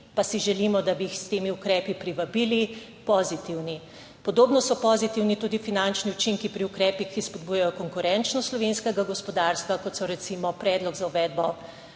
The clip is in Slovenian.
pa si želimo, da bi jih s temi ukrepi privabili, pozitivni. Podobno so pozitivni tudi finančni učinki pri ukrepih, ki spodbujajo konkurenčnost slovenskega gospodarstva, kot so recimo predlog za uvedbo